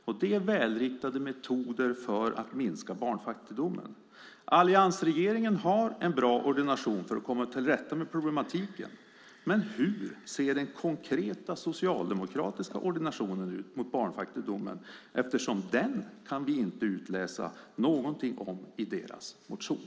Det är välriktade metoder för att minska barnfattigdomen. Alliansregeringen har en bra ordination för att komma till rätta med problematiken. Men hur ser den konkreta socialdemokratiska ordinationen ut mot barnfattigdomen? Den kan vi inte utläsa någonting om i deras motion.